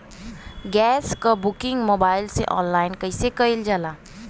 Gas क booking mobile से online कईसे कईल जाला?